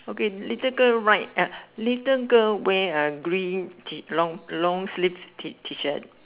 okay little girl right ah little girl wear a green T long long sleeves T T shirt